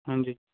ਹਾਂਜੀ